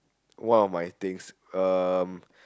one of my things um